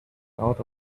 out